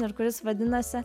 ir kuris vadinasi